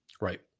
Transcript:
Right